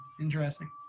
Interesting